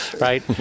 Right